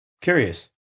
Curious